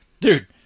Dude